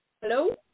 Hello